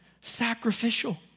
sacrificial